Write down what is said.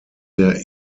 der